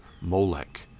Molech